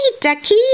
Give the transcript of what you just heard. ducky